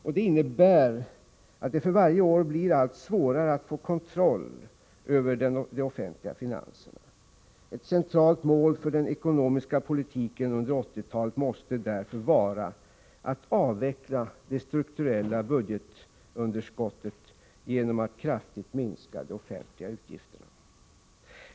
Detta innebär att det för varje år blir allt svårare att få kontroll över de offentliga finanserna. Ett centralt mål för den ekonomiska politiken under 1980-talet måste därför vara att avveckla det strukturella budgetunderskottet genom att kraftigt minska de offentliga utgifterna.